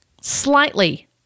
slightly